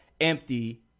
empty